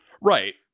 right